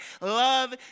love